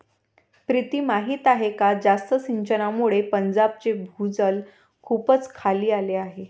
प्रीती माहीत आहे का जास्त सिंचनामुळे पंजाबचे भूजल खूपच खाली आले आहे